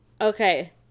Okay